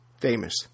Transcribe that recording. famous